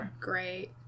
great